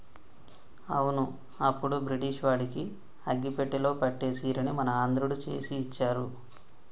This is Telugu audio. అవును అప్పుడు బ్రిటిష్ వాడికి అగ్గిపెట్టెలో పట్టే సీరని మన ఆంధ్రుడు చేసి ఇచ్చారు